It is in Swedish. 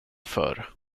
förr